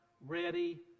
ready